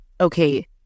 okay